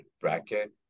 bracket